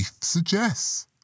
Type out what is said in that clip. suggests